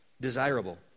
desirable